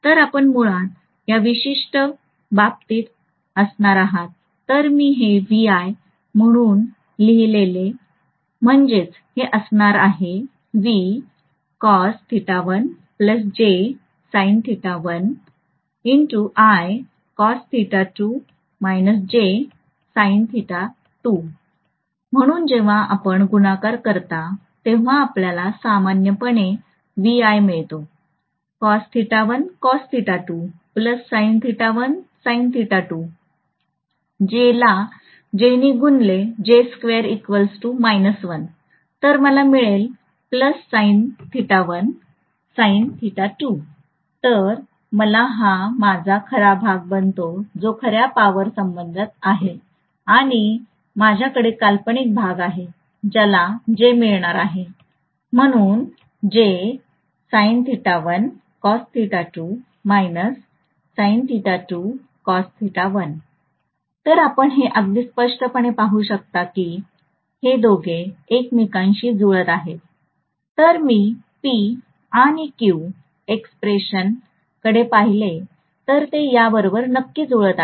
तर आपण मुळात या विशिष्ट बाबतीत असणार आहात जर मी हे VI म्हणून लिहीले म्हणजेच हे असणार आहे म्हणून जेव्हा आपण गुणाकार करता तेव्हा आपल्याला सामान्यपणे VI मिळतो j ला j ने गुणले तर मला मिळेल तर हा माझा खरा भाग बनतो जो खर्या पॉवर संबंधित आहे आणि माझ्याकडे काल्पनिक भाग आहे ज्याला j मिळणार आहे म्हणून तर आपण हे अगदी स्पष्टपणे पाहू शकता की हे दोघे एकमेकांशी जुळत आहेत जर मी P आणि Q एक्स्प्रेशन कडे पाहिले तर ते या बरोबर नक्की जुळत आहेत